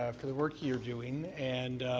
ah for the work you're doing. and